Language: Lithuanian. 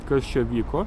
kas čia vyko